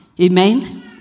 Amen